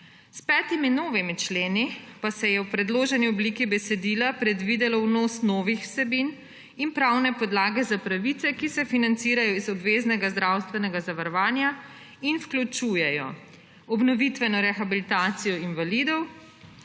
S petimi novimi členi pa se je v predloženi obliki besedila predvidelo vnos novih vsebin in pravne podlage za pravice, ki se financirajo iz obveznega zdravstvenega zavarovanja in vključujejo obnovitveno rehabilitacijo invalidov,